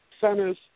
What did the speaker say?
centers